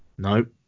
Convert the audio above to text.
Nope